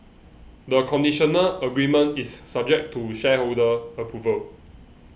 the conditional agreement is subject to shareholder approval